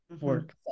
work